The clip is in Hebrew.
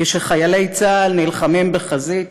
כשחיילי צה"ל נלחמים בחזית".